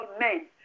men